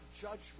judgment